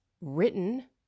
written